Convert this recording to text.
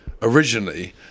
originally